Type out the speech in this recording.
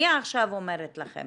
אני עכשיו אומרת לכם